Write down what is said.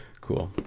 Cool